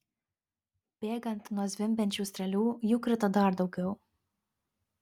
bėgant nuo zvimbiančių strėlių jų krito dar daugiau